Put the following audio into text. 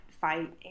fight